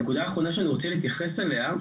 הנקודה האחרונה שאני רוצה להתייחס אליה,